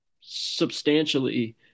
substantially